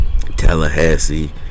tallahassee